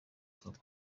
kamwe